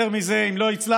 יותר מזה, אם לא הצלחת,